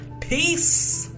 Peace